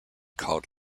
called